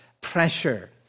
pressure